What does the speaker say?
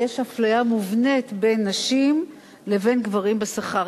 יש אפליה מובנית בין נשים לבין גברים בשכר.